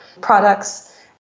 products